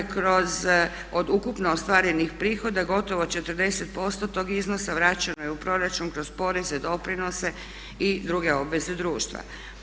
Od ukupno ostvarenih prihoda gotovo 40% tog iznosa vraćeno je u proračun kroz poreze, doprinose i druge obveze društva.